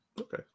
Okay